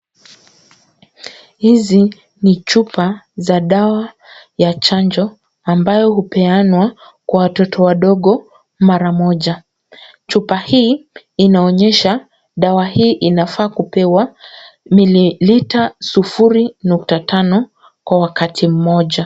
Hizi ni chupa za dawa ya chanjo ambayo hupeanwa kwa watoto wadogo mara moja. Chupa hii inaonyesha dawa hii inafaa kupewa mililita sufuri nukta tano kwa wakati mmoja.